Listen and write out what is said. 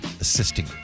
assisting